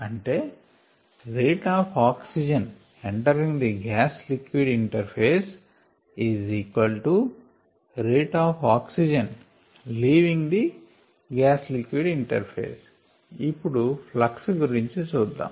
అంటే rate of oxygen entering the gas liquid interface rate of oxygen leaving the gas liquid interface ఇప్పుడు flux గురించి చూద్దాం